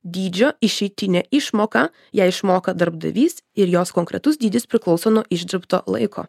dydžio išeitinė išmoka ją išmoka darbdavys ir jos konkretus dydis priklauso nuo išdirbto laiko